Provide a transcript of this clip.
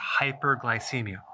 hyperglycemia